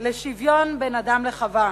לשוויון בין אדם לחוה.